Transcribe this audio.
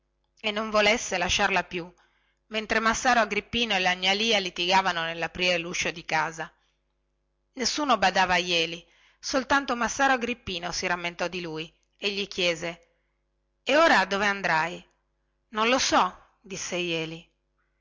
che non volesse lasciarla andare più mentre massaro agrippino e la gnà lia litigavano nellaprire luscio di casa nessuno badava a jeli soltanto massaro agrippino si rammentò di lui e gli chiese ed ora dove andrai non lo so disse jeli